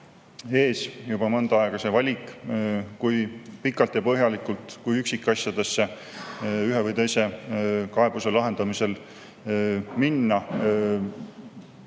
on juba mõnda aega see valik, kui pikalt ja põhjalikult, kui üksikasjadesse ühe või teise kaebuse lahendamisel minna,